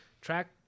track